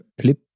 flip